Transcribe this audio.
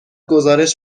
گزارش